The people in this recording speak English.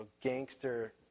gangster